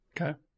Okay